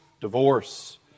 divorce